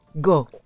Go